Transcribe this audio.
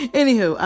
anywho